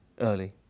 early